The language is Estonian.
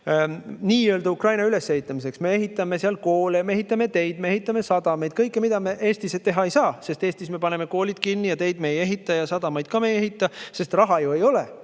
nii-öelda ülesehitamiseks. Me ehitame seal koole, me ehitame teid, me ehitame sadamaid – kõike, mida me Eestis teha ei saa. Eestis me paneme koolid kinni, teid me ei ehita ja sadamaid ka ei ehita, sest raha ju ei ole.